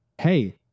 hey